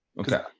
Okay